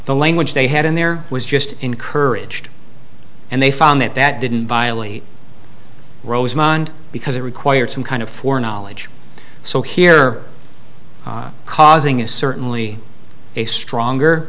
the language they had in there was just encouraged and they found that that didn't violate rosemond because it required some kind of for knowledge so here causing is certainly a stronger